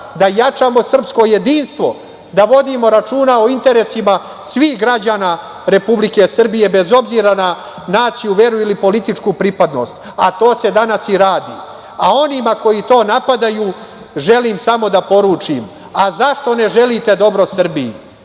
da jačamo srpsko jedinstvo, da vodimo računa o interesima svih građana Republike Srbije bez obzira na naciju, veru ili političku pripadnost, a to se danas i radi. Onima koji to napadaju želim samo da poručim – a, zašto ne želite dobro Srbiji?